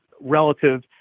relative